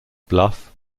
bluff